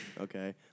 okay